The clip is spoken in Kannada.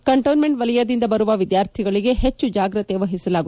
ಕಂಟೋನ್ಬೆಂಟ್ ವಲಯದಿಂದ ಬರುವ ವಿದ್ಯಾರ್ಥಿಗಳಿಗೆ ಹೆಚ್ಚು ಜಾಗ್ರತೆ ವಹಿಸಲಾಗುತ್ತಿದೆ